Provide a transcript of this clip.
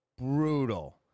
brutal